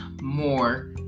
more